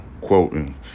quoting